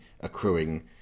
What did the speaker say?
accruing